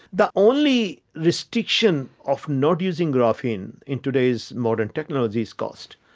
the only restriction of not using graphene in today's modern technology is cost,